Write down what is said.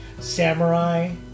samurai